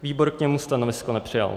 Výbor k němu stanovisko nepřijal.